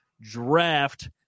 draft